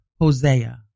Hosea